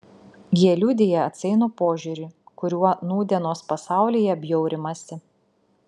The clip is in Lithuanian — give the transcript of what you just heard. jie liudija atsainų požiūrį kuriuo nūdienos pasaulyje bjaurimasi